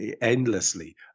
endlessly